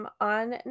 on